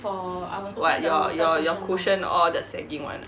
mm what your your cushion all the sagging [one] ah